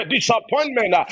Disappointment